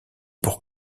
pour